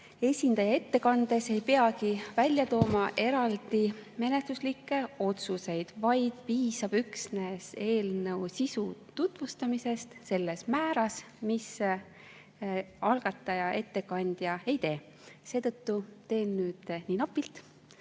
esindaja ettekandes ei pea välja tooma eraldi menetluslikke otsuseid, vaid piisab üksnes eelnõu sisu tutvustamisest selles määras, mida algataja ettekandja ei tee. Seetõttu teen nüüd nii napilt,